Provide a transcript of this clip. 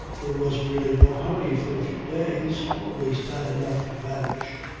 there was really no hurry for a few days. always time enough to vanish.